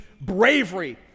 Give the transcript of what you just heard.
bravery